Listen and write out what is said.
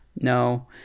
no